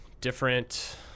different